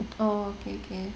oh okay okay